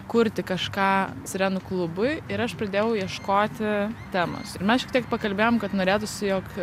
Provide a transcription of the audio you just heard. kurti kažką sirenų klubui ir aš pradėjau ieškoti temos ir mes šiek tiek pakalbėjom kad norėtųsi jog